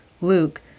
Luke